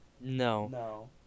No